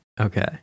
Okay